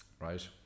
right